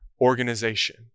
organization